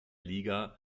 liga